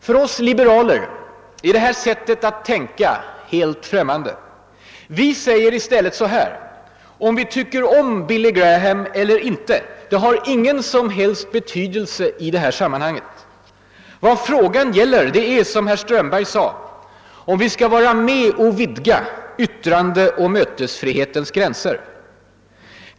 För oss liberaler är det sättet att tänka helt främmande. Vi säger i stället så här: om vi gillar Billy Graham eller inte har ingen som helst betydelse i det här sammanhanget. Vad frågan gäller är, som herr Strömberg sade, om vi skall vara med och vidga yttrandeoch mötesfrihetens gränser.